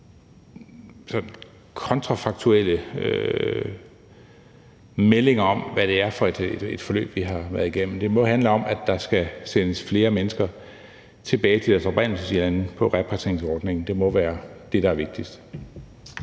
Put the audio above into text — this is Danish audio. kontrafaktuelle meldinger om, hvad det er for et forløb, vi har været igennem. Det må handle om, at der skal sendes flere mennesker tilbage til deres oprindelseslande på repatrieringsordningen. Det må være det, der er vigtigst.